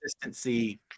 consistency